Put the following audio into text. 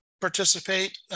participate